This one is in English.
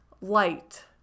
light